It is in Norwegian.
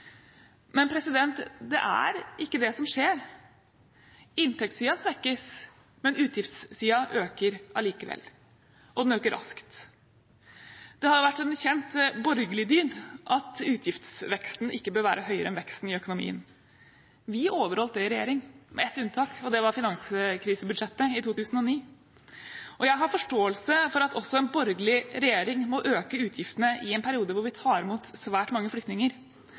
Men det er ikke det som skjer. Inntektssiden svekkes, men utgiftssiden øker likevel, og den øker raskt. Det har vært en kjent borgerlig dyd at utgiftsveksten ikke bør være høyere enn veksten i økonomien. Vi overholdt det i regjering, med ett unntak, og det var finanskrisebudsjettet i 2009. Jeg har forståelse for at også en borgerlig regjering må øke utgiftene i en periode da vi tar imot svært mange flyktninger.